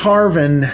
Harvin